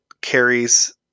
carries